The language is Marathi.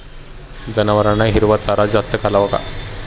जनावरांना हिरवा चारा जास्त घालावा का?